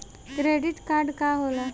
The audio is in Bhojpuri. क्रेडिट कार्ड का होला?